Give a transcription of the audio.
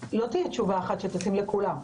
לא תהיה תשובה אחת שתתאים לכולם.